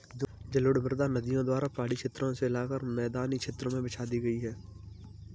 जलोढ़ मृदा नदियों द्वारा पहाड़ी क्षेत्रो से लाकर मैदानी क्षेत्र में बिछा दी गयी है